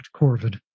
corvid